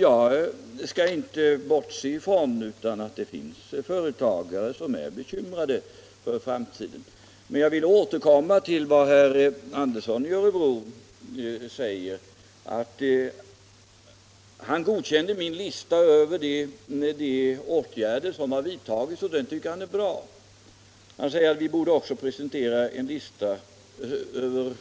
Jag skall inte bortse från att det finns företagare som är bekymrade för framtiden, men jag vill då återkomma till vad herr Andersson sade. Han godkänner min lista över åtgärder som har vidtagits, och den tycker han är bra. Han sade att vi borde också presentera en lista över